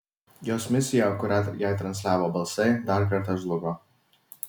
jos misija kurią jai transliavo balsai dar kartą žlugo